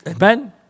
Amen